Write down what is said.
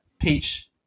Peach